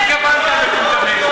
למי התכוונת מטומטמים?